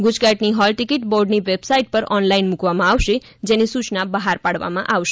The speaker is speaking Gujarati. ગુજકેટની હોલ ટિકિટ બોર્ડની વેબસાઈટ પર ઓનલાઈન મૂકવામાં આવશે જેની સૂચના બહાર પાડવામાં આવશે